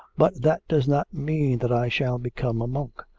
but that does not mean that i shall become a monk.